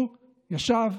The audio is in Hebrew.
הוא ישב,